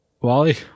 Wally